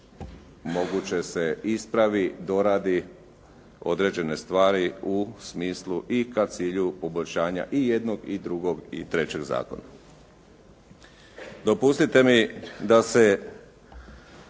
moguće se ispravi, doradi određene stvari i u smislu i ka cilju poboljšanja i jednog, i drugog, i trećeg zakona.